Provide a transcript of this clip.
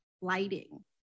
lighting